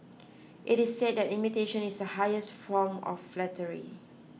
it is said that imitation is the highest from of flattery